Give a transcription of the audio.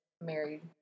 married